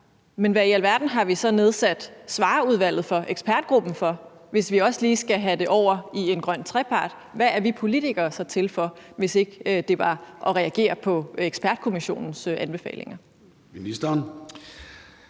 Men hvad i alverden har vi så nedsat Svarerudvalget, ekspertgruppen, for, hvis vi også lige skal have det over i en grøn trepart? Hvad er vi politikere så til for, hvis ikke det er at reagere på ekspertkommissionens anbefalinger?